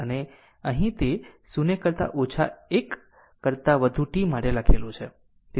અહીં તે 0 કરતા ઓછા 1 કરતા વધુ t માટે લખેલું છે